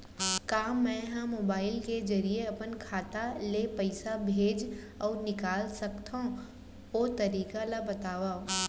का मै ह मोबाइल के जरिए अपन खाता ले पइसा भेज अऊ निकाल सकथों, ओ तरीका ला बतावव?